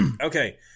Okay